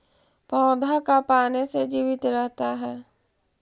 पौधा का पाने से जीवित रहता है?